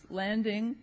landing